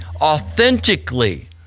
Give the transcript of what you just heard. authentically